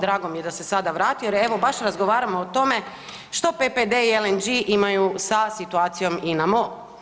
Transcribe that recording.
Drago mi je da se sada vratio jer evo baš razgovaramo o tome što PPD-e i LNG-e imaju sa situacijom Ina-MOL.